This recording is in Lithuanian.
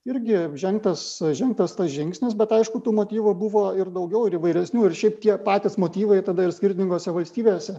irgi žengtas žengtas žingsnis bet aišku tų motyvų buvo ir daugiau ir įvairesnių ir šiaip tie patys motyvai tada ir skirtingose valstybėse